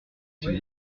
s’il